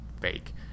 fake